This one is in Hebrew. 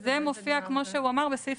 זה מופיע כמו שהוא אמר בסעיף